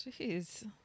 Jeez